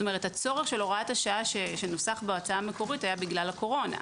כלומר הצורך של הוראת השעה שנוסח בהצעה המקורית היה בגלל הקורונה.